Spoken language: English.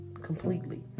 completely